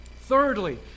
Thirdly